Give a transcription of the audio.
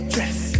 Dress